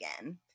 again